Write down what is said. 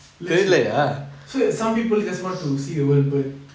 என்னாச்சி:ennaachi sure some people just want to see the world burn